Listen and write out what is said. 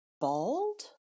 bald